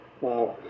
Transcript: wow